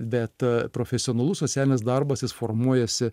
bet profesionalus socialinis darbas jis formuojasi